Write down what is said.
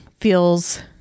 feels